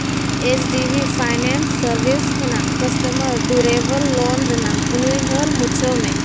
H D B finance service ᱠᱷᱚᱱᱟᱜ customer durable loan ᱨᱮᱱᱟᱝ ᱩᱭᱦᱟᱹᱨ ᱢᱩᱪᱷᱟᱹᱣ ᱢᱮ